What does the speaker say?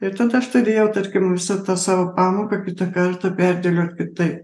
ir tad aš turėjau tarkim visą tą savo pamoką kitą kartą perdėliot kitaip